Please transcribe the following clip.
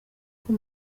uko